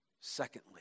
Secondly